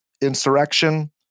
insurrection